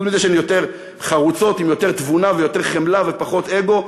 חוץ מזה שהן יותר חרוצות עם יותר תבונה ויותר חמלה ופחות אגו,